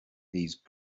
these